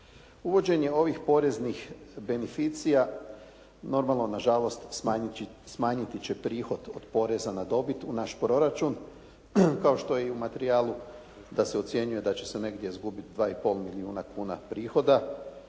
Uvođenje ovih poreznih beneficija, normalno na žalost smanjiti će prihod od poreza na dobit u naš proračun kao što je i u materijalu da se ocjenjuje da će se negdje izgubiti 2,5 milijuna kuna prihoda